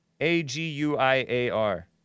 A-G-U-I-A-R